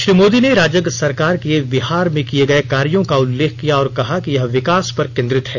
श्री मोदी ने राजग सरकार के बिहार में किए गए कार्यों का उल्लेख किया और कहा कि यह विकास पर केंद्रित है